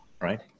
right